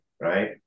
right